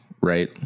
right